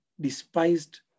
despised